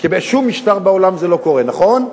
כי בשום משטר בעולם זה לא קורה, נכון?